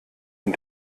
ihn